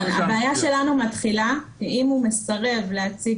אבל הבעיה שלנו מתחילה כאשר הוא מסרב להציג